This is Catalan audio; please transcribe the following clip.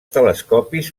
telescopis